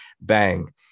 bang